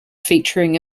featuring